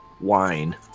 wine